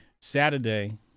Saturday